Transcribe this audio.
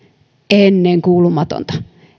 ennenkuulumatonta